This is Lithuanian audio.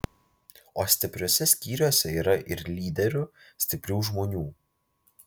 o stipriuose skyriuose yra ir lyderių stiprių žmonių